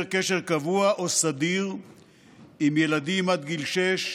קשר קבוע או סדיר עם ילדים עד גיל שש,